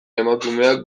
emakumeak